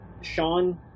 Sean